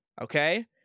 okay